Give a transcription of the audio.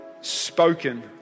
spoken